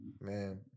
Man